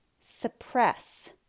suppress